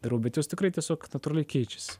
darau bet jos tikrai tiesiog natūraliai keičiasi